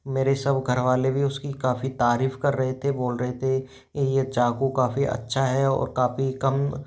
मेरे सब घरवाले भी उसकी काफ़ी तारीफ़ कर रहे थे बोल रहे थे ये चाकू काफ़ी अच्छा है और काफ़ी कम